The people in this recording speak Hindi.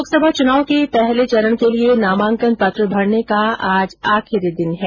लोकसभा चुनाव के पहले चरण के लिये नामांकन पत्र भरने का आज आखिरी दिन है